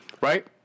right